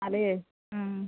അതേ